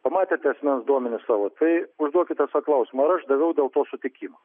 pamatėte asmens duomenis savo tai užduokite klausimą ar aš daviau dėl to sutikimą